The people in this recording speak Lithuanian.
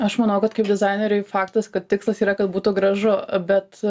aš manau kad kaip dizaineriui faktas kad tikslas yra kad būtų gražu bet